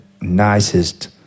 nicest